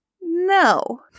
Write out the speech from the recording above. no